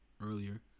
earlier